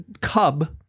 cub